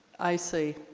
i see